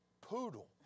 Poodle